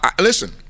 listen